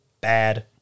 bad